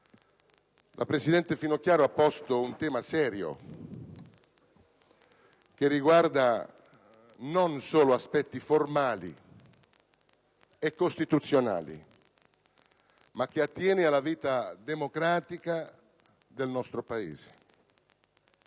La presidente Finocchiaro ha posto un tema serio, che riguarda non solo aspetti formali e costituzionali, ma che attiene alla vita democratica del nostro Paese.